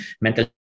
mental